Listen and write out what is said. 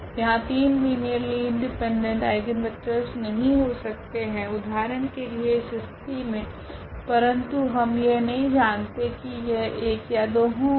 यहाँ 3 linearly independent eigenvectors नहीं हो सकते है उदाहरण के लिए इस स्थिति मे परंतु हम यह नहीं जानते की यह 1 या 2 होगे